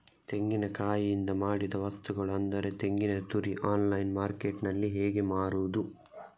ತೆಂಗಿನಕಾಯಿಯಿಂದ ಮಾಡಿದ ವಸ್ತುಗಳು ಅಂದರೆ ತೆಂಗಿನತುರಿ ಆನ್ಲೈನ್ ಮಾರ್ಕೆಟ್ಟಿನಲ್ಲಿ ಹೇಗೆ ಮಾರುದು?